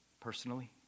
personally